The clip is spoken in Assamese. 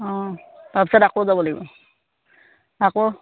অঁ তাৰ পিছত আকৌ যাব লাগিব আকৌ